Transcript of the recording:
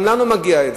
גם לנו זה מגיע.